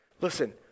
Listen